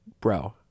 bro